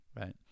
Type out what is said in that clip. right